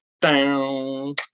down